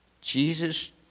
Jesus